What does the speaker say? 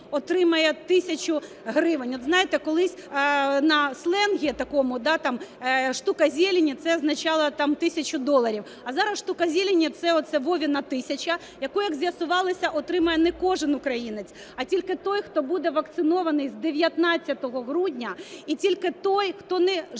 отримає тисячу гривень. Знаєте, колись на сленгу такому "штука зелени" – це означало тисячу доларів. А зараз "штука зелени" – це оця "Вовина тисяча", яку, як з'ясувалося отримає не кожен українець, а тільки той, хто буде вакцинований з 19 грудня, і тільки той, хто неживими